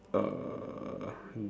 uh